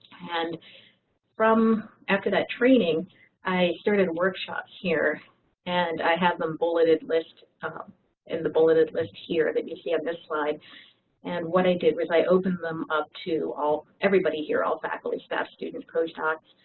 and from after that training i started workshops here and i have them bulleted list and the bulleted list here that you see on this slide and what i did was i open them up to all everybody here all faculty, staff, students, postdocs,